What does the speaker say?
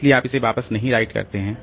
इसलिए आप इसे वापस नहीं राइट करते हैं